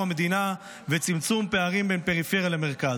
המדינה ולצמצום הפערים בין הפריפריה למרכז.